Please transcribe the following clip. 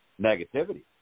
negativity